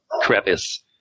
crevice